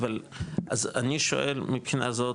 אז אני שואל מבחינה זאת,